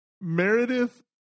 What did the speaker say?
Meredith